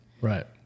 Right